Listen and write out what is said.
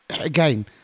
Again